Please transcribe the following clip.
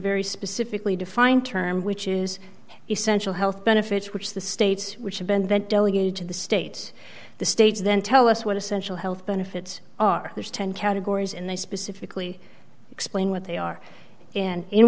very specifically defined term which is essential health benefits which the states which have been that delegated to the states the states then tell us what essential health benefits are there's ten categories and they specifically explain what they are and in